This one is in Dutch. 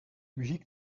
muziek